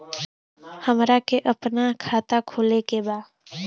हमरा के अपना खाता खोले के बा?